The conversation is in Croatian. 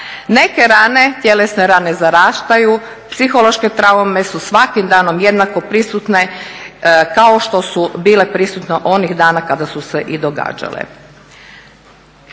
Neke rane, tjelesne raste zarastaju, psihološke traume su svakim danom jednako prisutne kao što su bile prisutne onih dana kada su se i događale.